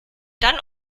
dann